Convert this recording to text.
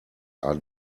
are